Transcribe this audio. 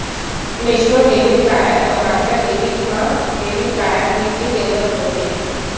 Maestro debit card अउ master debit म debit card pin के जरूरत होथे